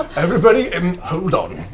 everybody um hold on.